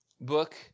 book